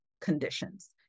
conditions